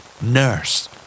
Nurse